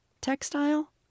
textile